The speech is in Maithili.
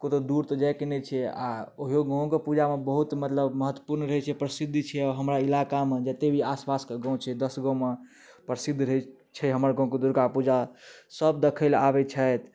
कतहुँ दूर तऽ जायके नहि छै आ ओहियो गाँव कऽ पूजामे बहुत मतलब महत्वपूर्ण रहैत छै प्रसिद्ध छै हमरा इलाकामे जते भी आसपास कऽ गाँव छै दश गाँवमे प्रसिद्ध रहैत छै हमर गाँव कऽ दुर्गापूजा सब देखै लऽ आबैत छथि